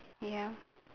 ya